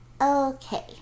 Okay